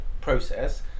process